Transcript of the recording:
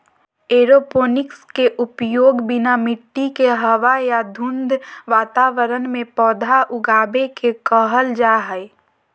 aeroponics के उपयोग बिना मिट्टी के हवा या धुंध वातावरण में पौधा उगाबे के कहल जा हइ